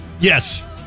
Yes